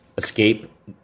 Escape